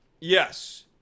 Yes